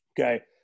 Okay